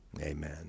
Amen